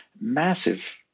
Massive